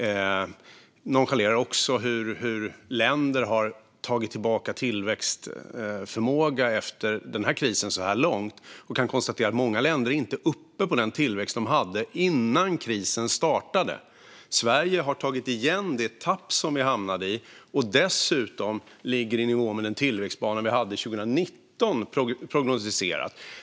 Han nonchalerar också hur länder har tagit tillbaka tillväxtförmåga efter krisen så här långt. Många länder är inte uppe på den tillväxt de hade innan krisen startade. Sverige har tagit igen tappet och ligger dessutom i nivå med den tillväxtbana vi hade prognostiserad 2019.